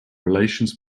relations